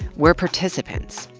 we're participants,